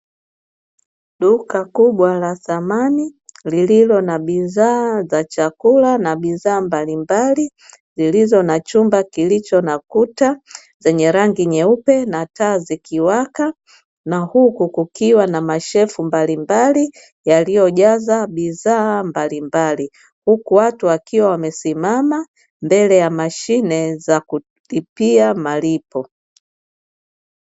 Duka kubwa la samani lililo na bidhaa za chakula bidhaa mbalimbali, zilizo na chumba zilizo kuta za rangi nyeupe, na taa zikiwaka na huku kukikiwa namasherifu mbalimbali yaliyojaza bidhaa mbalmbali, uku watu wakiwa wamesimama mbele ya mashine ya kulipia malipo.